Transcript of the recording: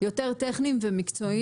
חבר הכנסת אלקין ואדוני יושב-ראש